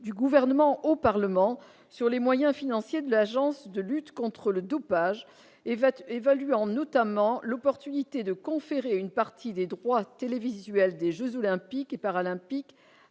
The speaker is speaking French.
du gouvernement au Parlement sur les moyens financiers de l'Agence de lutte contre le dopage et va évaluant notamment l'opportunité de conférer une partie des droits télévisuels des Jeux olympiques et paralympiques